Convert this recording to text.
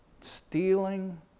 stealing